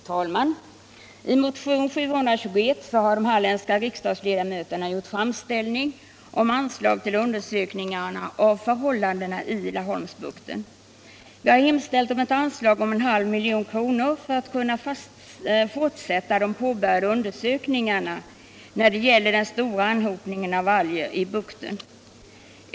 Fru talman! I motionen 1975/76:1721 har de halländska ledamöterna hemställt om anslag för undersökningarna av förhållandena i Laholmsbukten. Vi har hemställt om ett anslag på 500 000 kr. för att man skall kunna fortsätta de påbörjade undersökningarna om den stora anhopningen av alger i bukten.